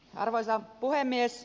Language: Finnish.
arvoisa puhemies